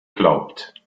glaubt